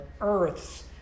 Earths